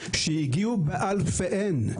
שהגיעו באלפיהן,